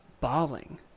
bawling